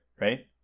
right